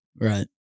Right